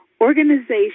Organization